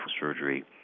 surgery